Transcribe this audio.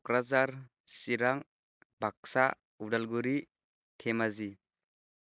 Kokrajhar Chirang Baksa Udalguri Dhemaji